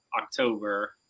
October